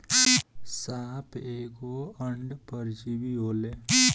साप एगो अंड परजीवी होले